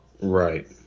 Right